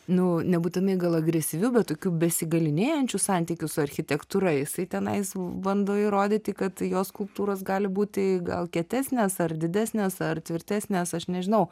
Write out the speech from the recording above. nu nebūtinai gal agresyviu bet tokiu besigalynėjančiu santykiu su architektūra jisai tenais bando įrodyti kad jo skulptūros gali būti gal kietesnės ar didesnės ar tvirtesnės aš nežinau